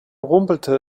rumpelte